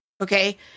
okay